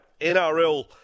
NRL